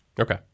Okay